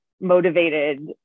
motivated